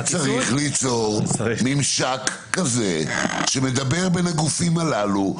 צריך ליצור ממשק כזה שמדבר בין הגופים הללו,